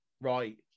right